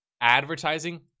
Advertising